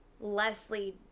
Leslie